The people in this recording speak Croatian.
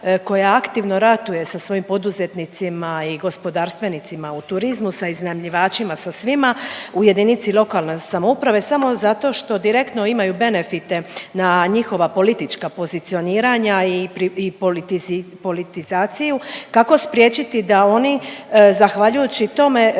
koja aktivno ratuje sa svojim poduzetnicima i gospodarstvenicima u turizmu, sa iznajmljivačima, sa svima, u jedinicama lokalne samouprave samo zato što direktno imaju benefite na njihova politička pozicioniranja i politizaciju, kako spriječiti da oni zahvaljujući tome